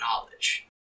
knowledge